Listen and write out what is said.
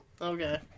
Okay